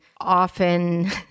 often